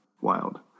wild